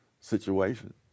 situation